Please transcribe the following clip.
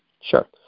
Sure